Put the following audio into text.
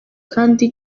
kandi